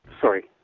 Sorry